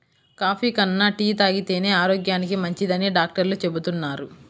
coffee కన్నా tea తాగితేనే ఆరోగ్యానికి మంచిదని డాక్టర్లు చెబుతున్నారు